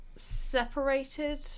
separated